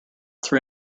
three